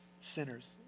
sinners